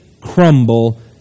crumble